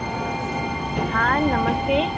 હા નમસ્તે